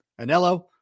Anello